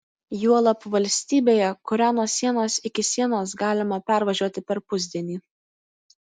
juolab valstybėje kurią nuo sienos iki sienos galima pervažiuoti per pusdienį